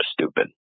stupid